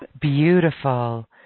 Beautiful